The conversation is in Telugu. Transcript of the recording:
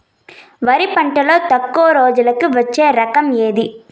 వరి పంటలో తక్కువ రోజులకి వచ్చే రకం ఏది?